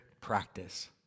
practice